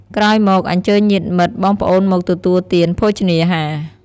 ក្រោយមក អញ្ជើញញាតិមិត្ត បងប្អូនមកទទួលទានភោជនីអាហារ។